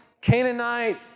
Canaanite